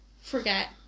forget